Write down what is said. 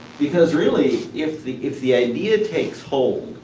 because, really, if the if the idea takes hold,